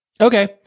okay